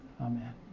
amen